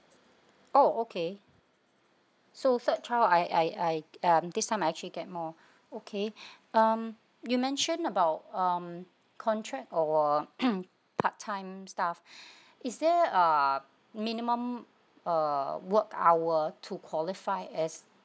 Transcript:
oh okay so third child I I I um this time I'm actually get more okay um you mentioned about um contract or part time staff is there ah minimum uh work hour to qualify as